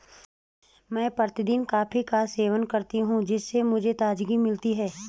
मैं प्रतिदिन कॉफी का सेवन करती हूं जिससे मुझे ताजगी मिलती है